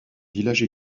village